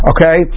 Okay